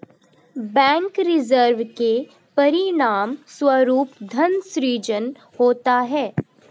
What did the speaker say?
bank reserve के परिणामस्वरूप धन सृजन होता है